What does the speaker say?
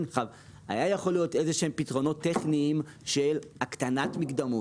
היו יכולים להיות איזשהם פתרונות טכניים של הקטנת מקדמות,